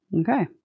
okay